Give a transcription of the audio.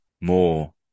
more